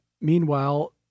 meanwhile